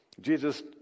Jesus